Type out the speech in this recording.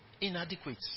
inadequate